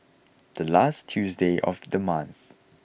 the last Tuesday of the month